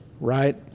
right